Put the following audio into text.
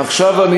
עכשיו,